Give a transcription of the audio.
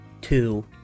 two